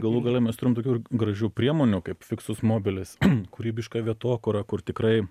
galų gale mes turim tokių ir gražių priemonių kaip fixus mobilis kūrybiška vietokūra kur tikrai